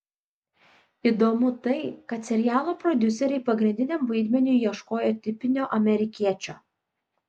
įdomu tai kad serialo prodiuseriai pagrindiniam vaidmeniui ieškojo tipinio amerikiečio